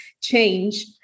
change